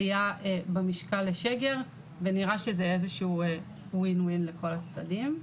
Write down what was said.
עלייה במשקל לשגר ונראה שזה איזה שהוא win win לכל הצדדים.